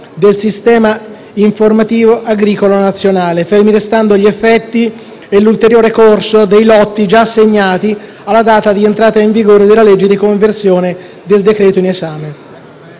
del Sistema informativo agricolo nazionale (SIAN), fermi restando gli effetti e l'ulteriore corso dei lotti già assegnati alla data di entrata in vigore della legge di conversione del decreto in esame.